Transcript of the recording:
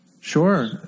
Sure